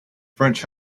french